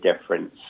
difference